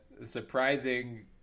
surprising